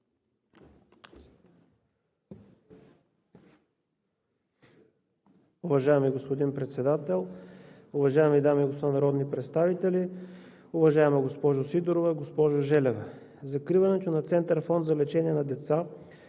Уважаеми господин Председател, уважаеми дами и господа народни представители! Уважаеми госпожо Сидорова и госпожо Желева, закриването на Център „Фонд за лечение на деца“